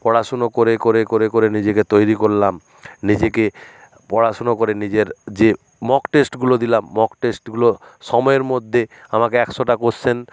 পড়াশুনো করে করে করে করে নিজেকে তৈরি করলাম নিজেকে পড়াশুনো করে নিজের যে মক টেস্টগুলো দিলাম মক টেস্টগুলো সময়ের মধ্যে আমাকে একশোটা কোয়েশ্চেন